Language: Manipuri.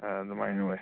ꯑꯗꯨꯃꯥꯏꯅ ꯑꯣꯏ